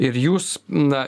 ir jūs na